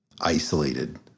isolated